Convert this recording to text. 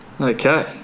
Okay